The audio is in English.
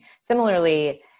Similarly